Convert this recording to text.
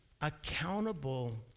accountable